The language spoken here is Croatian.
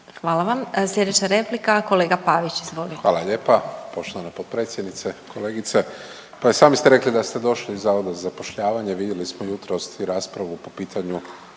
Hvala vam. Sljedeća replika kolega Pavić izvolite. **Pavić, Marko (HDZ)** Hvala lijepa. Poštovana potpredsjednice, kolegice. Pa i sami ste rekli da ste došli iz Zavoda za zapošljavanje vidjeli smo jutros raspravu po pitanju